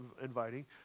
inviting